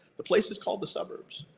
the place is called the suburbs,